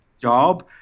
job